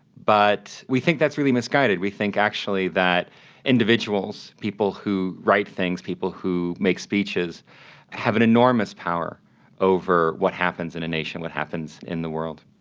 but we think that's really misguided, we think actually that individuals, people who write things, people who make speeches have an enormous power over what happens in a nation, what happens in the world.